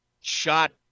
Shot